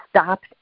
stopped